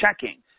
checking